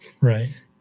Right